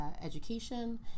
Education